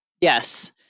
Yes